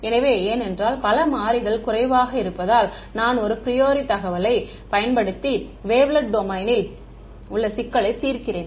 எனவே ஏனென்றால் பல மாறிகள் குறைவாக இருப்பதால் நான் ஒரு ப்ரியோரி தகவலைப் பயன்படுத்தி வேவ்லெட் டொமைனில் உள்ள சிக்கலைத் தீர்க்கிறேன்